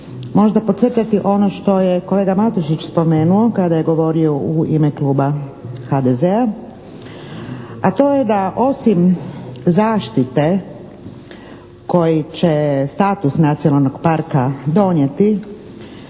možda podcrtati ono što je kolega Matušić spomenuo kada je govorio u ime Kluba HDZ-a a to je da osim zaštite koji će status nacionalnog parka donijeti